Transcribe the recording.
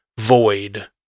void